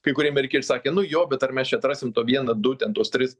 kai kurie amerikiečiai sakė nu jo bet ar mes čia atrasim to vieną du ten tuos tris